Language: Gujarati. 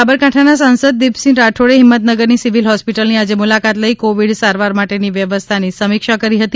સાબરકાંઠા ના સાંસદ દીપસિંહ રાઠોડે હીમતનગર ની સિવિલ હોસ્પિટલ ની આજે મુલાકાત લઈ કોવિડ સારવાર માટે ની વ્યવસ્થા ની સમિક્ષા કરી હતી